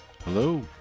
Hello